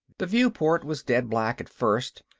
the viewport was dead black at first,